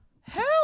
Hell